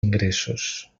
ingressos